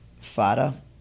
fada